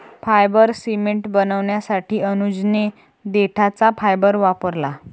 fibre cement बनवण्यासाठी अनुजने देठाचा फायबर वापरला